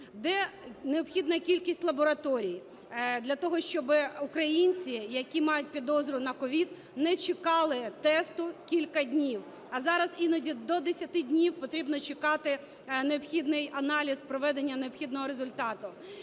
Де необхідна кількість лабораторій для того, щоби українці, які мають підозру на COVID, не чекали тесту кілька днів? А зараз іноді до 10 днів потрібно чекати необхідний аналіз проведення необхідного результату.